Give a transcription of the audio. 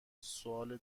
سوال